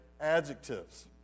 adjectives